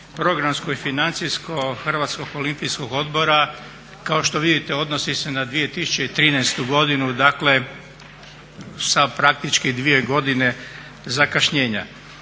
programsko i financijsko Hrvatskog Olimpijskog odbora. Kao što vidite odnosi se na 2013.godinu, dakle sa praktički dvije godine zakašnjenja.